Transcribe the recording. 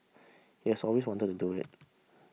he has always wanted to do it